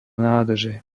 nádrže